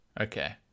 Okay